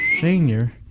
Senior